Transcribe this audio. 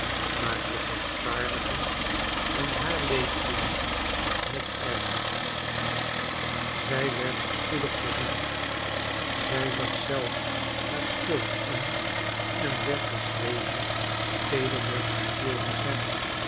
maar zich rechtvaardigen en haar leed doen was nog erger zij werden spoedig verzoend zij zag zelf haar schuld in en werd deswege teederder jegens hem